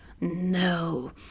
No